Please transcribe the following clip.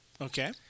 Okay